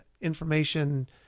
information